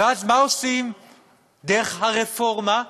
ואז, מה עושים דרך הרפורמה?